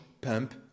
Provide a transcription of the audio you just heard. pump